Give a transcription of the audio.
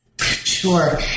Sure